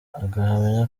agahamya